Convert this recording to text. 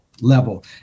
level